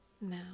now